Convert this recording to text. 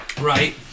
Right